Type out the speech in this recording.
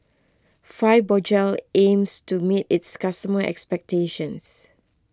Fibogel aims to meet its customer expectations